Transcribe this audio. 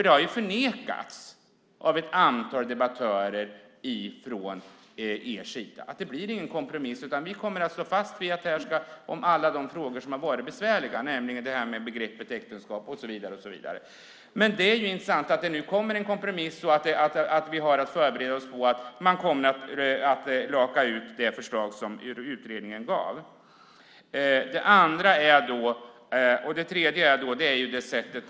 Det har ju förnekats av ett antal debattörer från er sida: Det blir ingen kompromiss, utan vi kommer att stå fast vid alla de frågor som har varit besvärliga, begreppet äktenskap och så vidare. Det är intressant att det nu kommer en kompromiss och att vi har att förbereda oss på att man kommer att laka ur det förslag som utredningen gav.